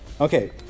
Okay